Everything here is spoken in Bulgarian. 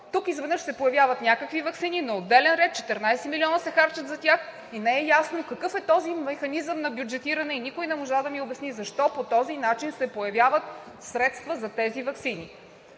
Тук изведнъж се появяват някакви ваксини на отделен ред – 14 милиона се харчат за тях, не е ясно какъв е този механизъм на бюджетиране и никой не можа да ми обясни защо по този начин се появяват средства за тези ваксини.